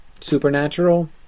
supernatural